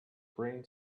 brain